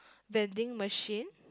vending machine